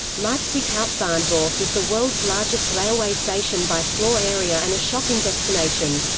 leipzig hauptbahnhof is the world's largest railway station by floor area and a shopping destination.